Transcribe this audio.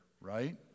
Right